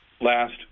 last